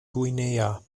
guinea